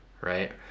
right